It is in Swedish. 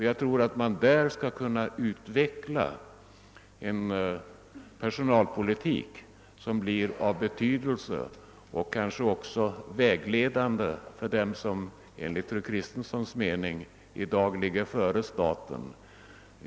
Jag tror att man där skall kunna utveckla en personalpolitik som blir av betydelse och som kanske också blir vägledande för dem som enligt fru Kristenssons mening i dag ligger före sta ten.